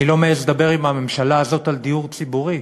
אני לא מעז לדבר עם הממשלה הזאת על דיור ציבורי,